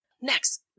Next